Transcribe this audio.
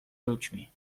ludźmi